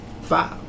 five